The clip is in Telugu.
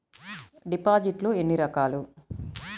డిపాజిట్లు ఎన్ని రకాలు?